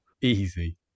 Easy